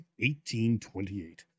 1828